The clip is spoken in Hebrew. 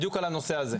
בדיוק על הנושא הזה.